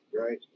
right